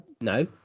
No